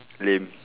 lame